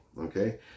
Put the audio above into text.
Okay